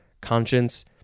conscience